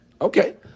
Okay